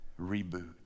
reboot